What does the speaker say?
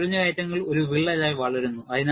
ഈ നുഴഞ്ഞുകയറ്റങ്ങൾ ഒരു വിള്ളലായി വളരുന്നു